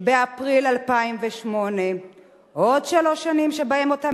באפריל 2008. עוד שלוש שנים שבהן אותם